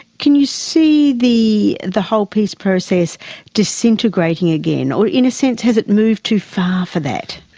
can you see the the whole peace process disintegrating again, or in a sense has it moved too far for that?